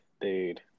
Dude